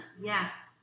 yes